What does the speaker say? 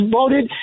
voted